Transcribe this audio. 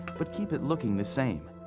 but keep it looking the same.